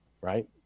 right